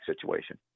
situation